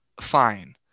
fine